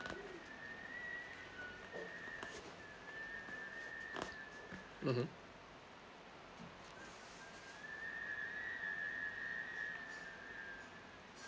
mmhmm